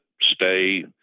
stay